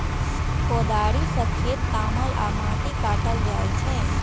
कोदाड़ि सं खेत तामल आ माटि काटल जाइ छै